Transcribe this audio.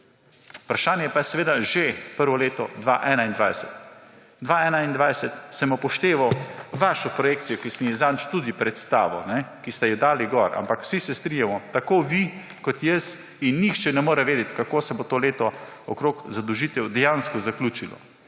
Vprašanje pa je seveda že prvo leto 2021. Za 2021 sem upošteval vašo projekcijo, ki sem jih zadnjič tudi predstavil, ki ste jo dali gor, ampak vsi se strinjamo – tako vi kot jaz –, in nihče ne more vedeti, kako se bo to leto okrog zadolžitev dejansko zaključilo.